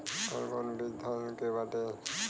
कौन कौन बिज धान के बाटे?